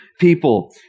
people